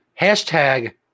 Hashtag